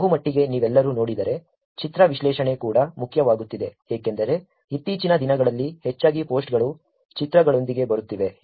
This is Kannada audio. ಬಹುಮಟ್ಟಿಗೆ ನೀವೆಲ್ಲರೂ ನೋಡಿದರೆ ಚಿತ್ರ ವಿಶ್ಲೇಷಣೆ ಕೂಡ ಮುಖ್ಯವಾಗುತ್ತಿದೆ ಏಕೆಂದರೆ ಇತ್ತೀಚಿನ ದಿನಗಳಲ್ಲಿ ಹೆಚ್ಚಾಗಿ ಪೋಸ್ಟ್ಗಳು ಚಿತ್ರಗಳೊಂದಿಗೆ ಬರುತ್ತಿವೆ